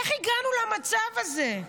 איך הגענו למצב הזה,